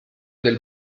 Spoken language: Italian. del